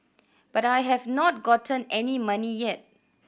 but I have not gotten any money yet